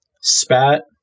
spat